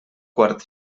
quart